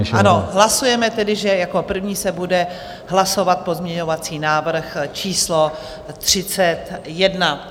Ano, hlasujeme tedy, že jako první se bude hlasovat pozměňovací návrh číslo 31.